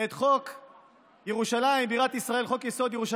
את חוק-יסוד: ירושלים בירת ישראל,